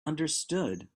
understood